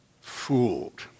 fooled